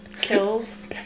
kills